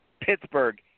Pittsburgh